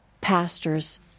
pastors